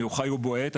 הוא חי ובועט.